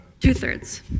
Two-thirds